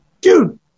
Dude